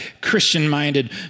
Christian-minded